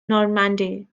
normandy